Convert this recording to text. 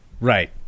right